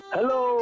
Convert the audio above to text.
Hello